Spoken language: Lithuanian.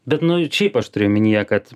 bet nu šiaip aš turiu omenyje kad